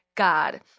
God